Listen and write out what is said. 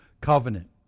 covenant